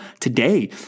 today